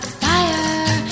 fire